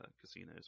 casinos